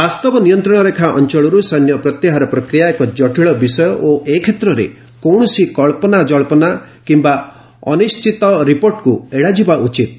ବାସ୍ତବ ନିୟନ୍ତ୍ରଣରେଖା ଅଞ୍ଚଳରୁ ସୈନ୍ୟ ପ୍ରତ୍ୟାହାର ପ୍ରକ୍ରିୟା ଏକ ଜଟିଳ ବିଷୟ ଓ ଏ କ୍ଷେତ୍ରରେ କୌଣସି କଚ୍ଚନା ଜଳ୍ପନା କିମ୍ବା ନିଶ୍ଚିତ ହୋଇନଥିବା ରିପୋର୍ଟକୁ ଏଡାଯିବା ଉଚିତ୍